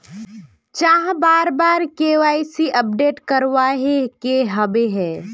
चाँह बार बार के.वाई.सी अपडेट करावे के होबे है?